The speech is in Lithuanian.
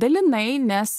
dalinai nes